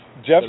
Jeff